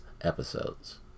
episodes